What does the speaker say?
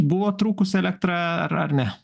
buvo trūkusi elektra ar ar ne